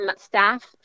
staff